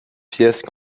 pièce